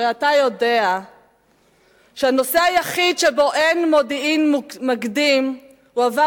הרי אתה יודע שהנושא היחיד שבו אין מודיעין מקדים הועבר